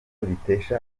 bitesha